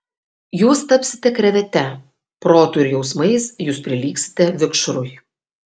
jūs tapsite krevete protu ir jausmais jūs prilygsite vikšrui